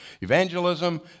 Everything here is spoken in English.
Evangelism